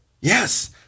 Yes